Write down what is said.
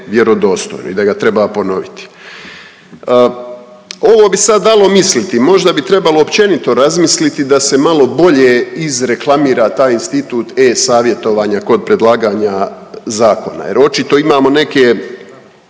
i da ga treba ponoviti. Ovo bi sad dalo misliti, možda bi trebalo općenito razmisliti da se malo bolje izreklamira taj institut e-Savjetovanja kod predlaganja zakona jer očito imamo neke